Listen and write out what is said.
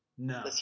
No